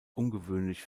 ungewöhnlich